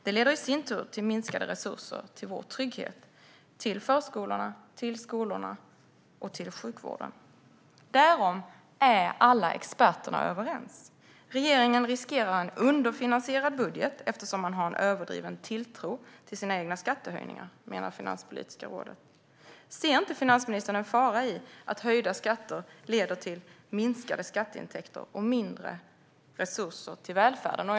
Det leder i sin tur till minskade resurser till vår trygghet och till förskolorna, skolorna och sjukvården. Därom är alla experter överens. Regeringen riskerar en underfinansierad budget eftersom man har en överdriven tilltro till sina egna skattehöjningar, menar Finanspolitiska rådet. Ser inte finansministern en fara i att höjda skatter leder till minskade skatteintäkter och mindre resurser till välfärden?